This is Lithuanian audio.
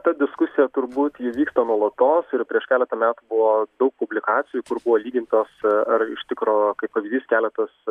ta diskusija turbūt ji vyksta nuolatos ir prieš keletą metų buvo daug publikacijų kur buvo lygintos ar iš tikro kaip pavyzdys keletas